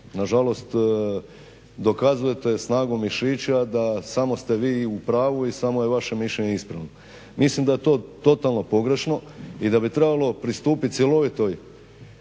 nažalost dokazujete snagu mišića da samo ste vi u pravu i samo je vaše mišljenje ispravno. Mislim da je to totalno pogrešno i da bi trebalo pristupiti cjelovitoj